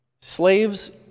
Slaves